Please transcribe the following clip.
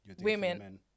women